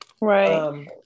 Right